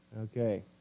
Okay